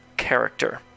character